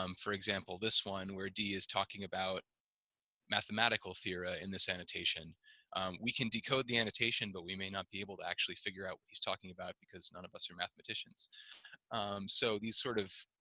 um for example, this one, where dee is talking about mathematical theory in this annotation we can decode the annotation, but we may not be able to actually figure out what he's talking about because none of us are mathematicians so these sort of